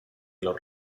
los